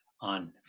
on